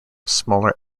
smaller